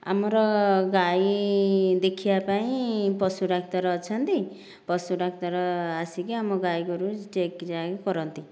ଆମର ଗାଈ ଦେଖିବା ପାଇଁ ପଶୁ ଡାକ୍ତର ଅଛନ୍ତି ପଶୁ ଡାକ୍ତର ଆସିକି ଆମ ଗାଈ ଗୋରୁ ଚେକ୍ ଚାକ୍ କରନ୍ତି